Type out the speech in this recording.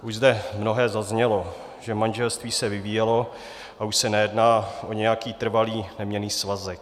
Už zde mnohé zaznělo, že manželství se vyvíjelo a už se nejedná o nějaký trvalý, neměnný svazek.